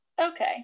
Okay